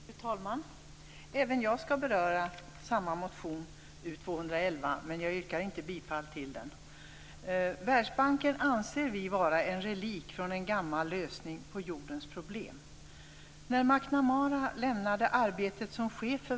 Fru talman! Även jag skall beröra motion U211, men jag skall inte yrka bifall till den. Vi anser Världsbanken vara en relik från en gammal lösning på jordens problem.